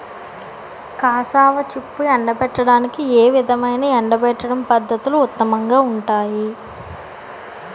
Cassava చిప్స్ను ఎండబెట్టడానికి ఏ విధమైన ఎండబెట్టడం పద్ధతులు ఉత్తమంగా ఉంటాయి?